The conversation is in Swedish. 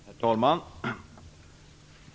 Herr talman!